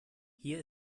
hier